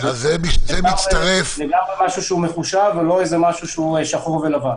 כך שזה לגמרי משהו שהוא מחושב ולא עניין של שחור ולבן.